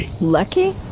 Lucky